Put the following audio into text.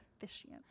efficient